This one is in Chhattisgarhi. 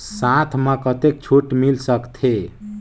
साथ म कतेक छूट मिल सकथे?